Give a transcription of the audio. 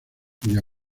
cuya